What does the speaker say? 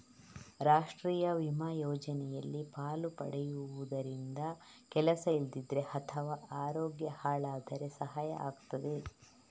ರಾಷ್ಟೀಯ ವಿಮಾ ಯೋಜನೆಯಲ್ಲಿ ಪಾಲು ಪಡೆಯುದರಿಂದ ಕೆಲಸ ಇಲ್ದಿದ್ರೆ ಅಥವಾ ಅರೋಗ್ಯ ಹಾಳಾದ್ರೆ ಸಹಾಯ ಆಗ್ತದೆ